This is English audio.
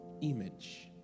image